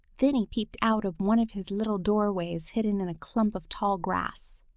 then he peeped out of one of his little doorways hidden in a clump of tall grass.